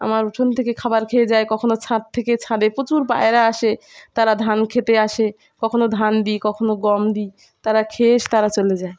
আমার উঠোন থেকে খাবার খেয়ে যায় কখনও ছাদ থেকে ছাদে প্রচুর পায়রা আসে তারা ধান খেতে আসে কখনও ধান দিই কখনও গম দিই তারা খেয়ে এসে তারা চলে যায়